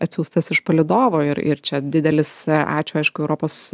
atsiųstas iš palydovo ir ir čia didelis ačiū aišku europos